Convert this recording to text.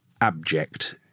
abject